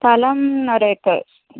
സ്ഥലം ഒരേക്കർ